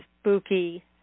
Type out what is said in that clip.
spooky